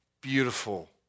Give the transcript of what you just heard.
beautiful